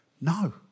no